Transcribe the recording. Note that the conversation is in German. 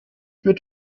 wird